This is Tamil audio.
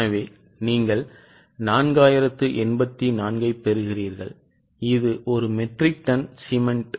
எனவே நீங்கள் 4084 ஐப் பெறுகிறீர்கள் இது ஒரு மெட்ரிக் டன் சிமென்ட்